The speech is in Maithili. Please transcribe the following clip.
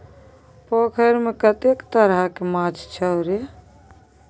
पोखैरमे कतेक तरहके माछ छौ रे?